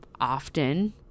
often